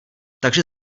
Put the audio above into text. takže